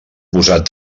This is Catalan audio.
posat